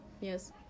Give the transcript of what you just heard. Yes